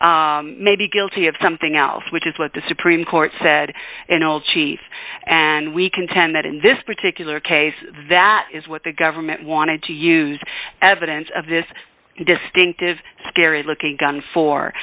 ordinaries may be guilty of something else which is what the supreme court said and old chief and we contend that in this particular case that is what the government wanted to use evidence of this distinctive scary looking gun for